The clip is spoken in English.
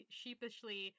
sheepishly